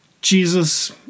Jesus